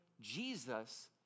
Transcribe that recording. Jesus